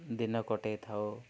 ଦିନ କଟେଇ ଥାଉ